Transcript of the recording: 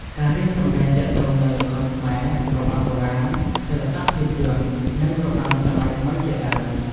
ការរៀនសម្តែងទាក់ទងនឹង ល្ខោនខ្មែរ របាំបុរាណ សិល្បៈភាពយន្ត និងរបាំសម័យថ្មីជាដើម។